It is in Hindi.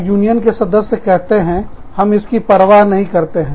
और यूनियन के सदस्य कहते हैं हम इसकी परवाहचिंता नहीं करते हैं